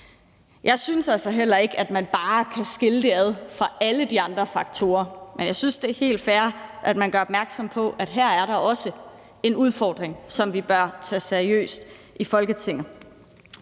Jeg synes altså heller ikke, at man bare kan skille det ad fra alle de andre faktorer, men jeg synes, det er helt fair, at man gør opmærksom på, at her er der også en udfordring, som vi bør tage seriøst i Folketinget.